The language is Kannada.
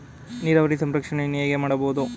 ನೀರಾವರಿಯ ಸಂರಕ್ಷಣೆಯನ್ನು ಹೇಗೆ ಮಾಡಬಹುದು?